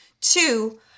Two